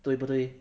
对不对